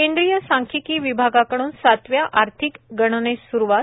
केंद्रीय सांख्यिकी विभागाकडून सातव्या आर्थिक गणनेस सुरूवात